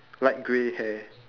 light grey hair